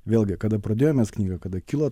vėlgi kada pradėjom mes knygą kada kilo